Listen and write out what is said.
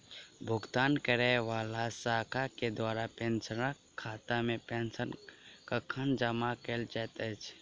भुगतान करै वला शाखा केँ द्वारा पेंशनरक खातामे पेंशन कखन जमा कैल जाइत अछि